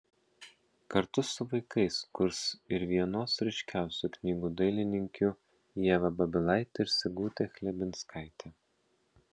kartu su vaikais kurs ir vienos ryškiausių knygų dailininkių ieva babilaitė ir sigutė chlebinskaitė